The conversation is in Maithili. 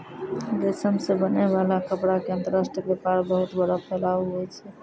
रेशम से बनै वाला कपड़ा के अंतर्राष्ट्रीय वेपार बहुत बड़ो फैलाव हुवै छै